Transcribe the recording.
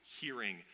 hearing